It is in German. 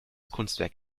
kunstwerk